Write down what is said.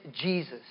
Jesus